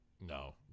No